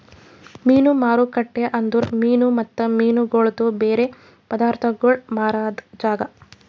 ಮೀನು ಮಾರುಕಟ್ಟೆ ಅಂದುರ್ ಮೀನು ಮತ್ತ ಮೀನಗೊಳ್ದು ಬೇರೆ ಪದಾರ್ಥಗೋಳ್ ಮಾರಾದ್ ಜಾಗ